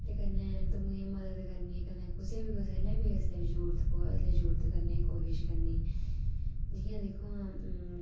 ते कन्नै दूएं दी मदद करनी ते कुसै गी कुसलै बी जरूरत पवै ते मदद करने दी कोशिश करनी जि'यां दिक्खो आं